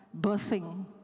birthing